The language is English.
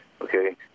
okay